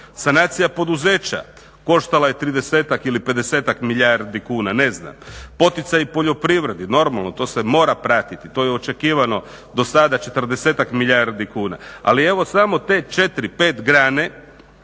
sanacija poduzeća koštala je 30-ak ili 50-ak milijardi kuna ne znam, poticaji poljoprivredi normalno to se mora pratiti to je očekivano do sada 40-ak milijardi kuna. ali evo samo te 4, 5 grane